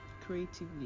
creatively